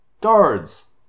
Guards